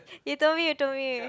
you told me you told me